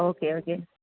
okay okay